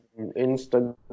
Instagram